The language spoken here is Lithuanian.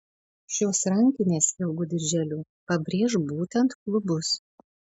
šios rankinės ilgu dirželiu pabrėš būtent klubus